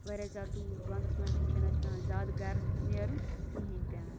واریاہ زیادٕ تۭر وَندَس مَنٛز حظ چھ نہٕ اَسہِ پیٚوان واریاہ زیادٕ نیرُن کِہیٖنۍ تہ نہٕ